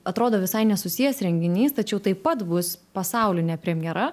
atrodo visai nesusijęs renginys tačiau taip pat bus pasaulinė premjera